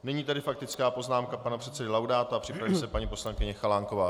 Nyní tedy faktická poznámka pana předsedy Laudáta, připraví se paní poslankyně Chalánková.